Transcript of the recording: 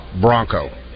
Bronco